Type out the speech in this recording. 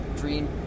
Dream